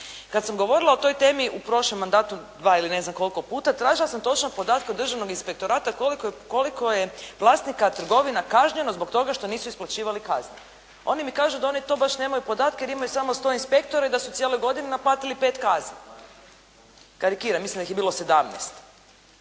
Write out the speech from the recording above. Kada sam govorila o toj temi u prošlom mandatu dva ili ne znam koliko puta tražila sam točno podatke od državnog inspektorata koliko je vlasnika trgovina kažnjeno zbog toga što nisu isplaćivali kazne. Oni mi kažu da oni baš nemaj podatke, jer imaju samo 100 inspektora i da su cijele godine naplatili 5 kazni. Karikiram, mislim da ih je bilo 17,